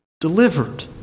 delivered